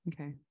Okay